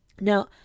Now